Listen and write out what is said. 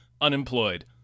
unemployed